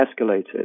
escalated